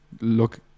look